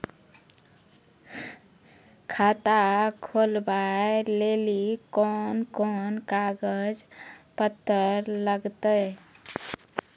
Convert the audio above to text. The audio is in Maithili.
खाता खोलबाबय लेली कोंन कोंन कागज पत्तर लगतै?